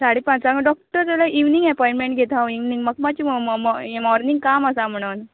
साडे पांचांक डॉक्टर जाल्यार इविनिंग एपोयटमेंट घेता हांव इवनिंग म्हाका मातशें मोर्निंग काम आसा म्हणोन